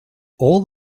all